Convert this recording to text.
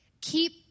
Keep